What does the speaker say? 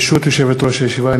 ברשות יושבת-ראש הישיבה,